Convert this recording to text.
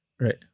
Right